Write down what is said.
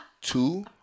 Two